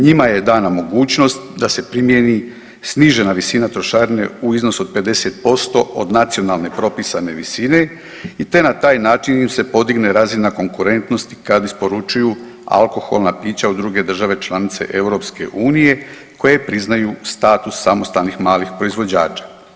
Njima je dana mogućnost da se primjeni snižena visina trošarine u iznosu od 50% od nacionalne propisane visine i te na taj način im se podigne razina konkurentnosti kad isporučuju alkoholna pića u druge države članice EU koje priznaju status samostalnih malih proizvođača.